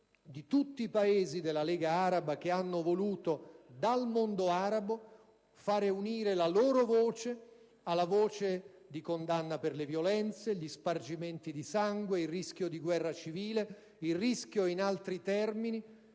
di tutti i Paesi della Lega araba, che hanno voluto dal mondo arabo fare unire la loro voce alla voce di condanna per le violenze, gli spargimenti di sangue, il rischio di guerra civile, il rischio - in altri termini